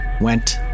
went